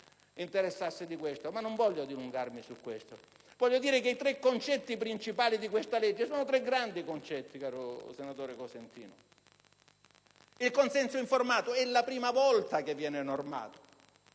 non voglio dilungarmi oltre sul punto. I tre concetti principali di questa legge sono tre grandi concetti, senatore Cosentino. Il consenso informato è la prima volta che viene normato.